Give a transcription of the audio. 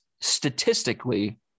statistically